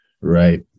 Right